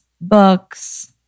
books